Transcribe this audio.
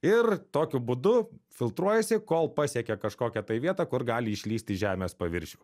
ir tokiu būdu filtruojasi kol pasiekia kažkokią tai vietą kur gali išlįst į žemės paviršių